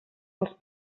els